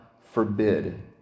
forbid